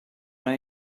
hai